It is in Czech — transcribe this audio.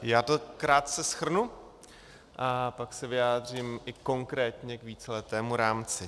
Já to krátce shrnu a pak se vyjádřím i konkrétně k víceletému rámci.